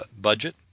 budget